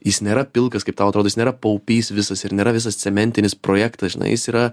jis nėra pilkas kaip tau atrodo nėra paupys visas ir nėra visas cementinis projektas žinai jis yra